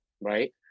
right